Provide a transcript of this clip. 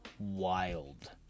Wild